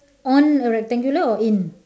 on a rectangular or in